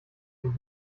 sich